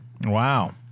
Wow